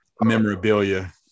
memorabilia